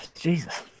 Jesus